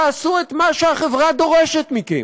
תעשו את מה שהחברה דורשת מכם,